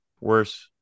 worse